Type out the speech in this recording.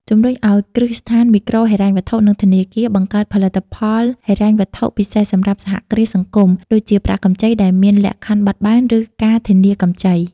ជំរុញឱ្យគ្រឹះស្ថានមីក្រូហិរញ្ញវត្ថុ និងធនាគារ បង្កើតផលិតផលហិរញ្ញវត្ថុពិសេសសម្រាប់សហគ្រាសសង្គម ដូចជាប្រាក់កម្ចីដែលមានលក្ខខណ្ឌបត់បែន ឬការធានាកម្ចី ។